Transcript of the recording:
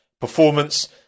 performance